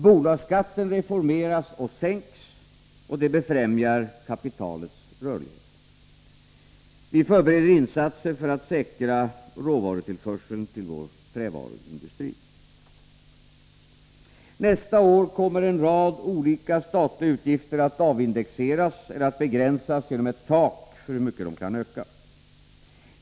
Bolagsskatten reformeras och sänks, vilket befrämjar kapitalets rörlighet. Vi förbereder insatser för att säkra råvarutillförseln till vår trävaruindustri. Nästa år kommer en rad olika statliga utgifter att avindexeras eller begränsas genom ett tak för hur mycket de kan öka.